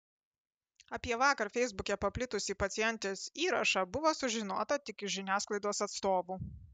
apie vakar feisbuke paplitusį pacientės įrašą buvo sužinota tik iš žiniasklaidos atstovų